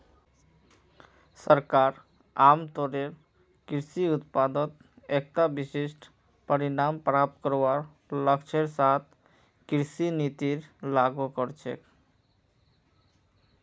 सरकार आमतौरेर कृषि उत्पादत एकता विशिष्ट परिणाम प्राप्त करवार लक्ष्येर साथ कृषि नीतिर लागू कर छेक